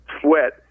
Sweat